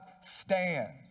stand